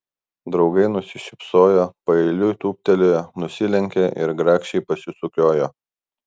draugai nusišypsojo paeiliui tūptelėjo nusilenkė ir grakščiai pasisukiojo